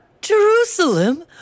Jerusalem